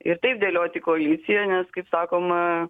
ir taip dėlioti koaliciją nes kaip sakoma